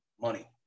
money